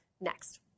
next